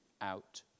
out